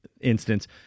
instance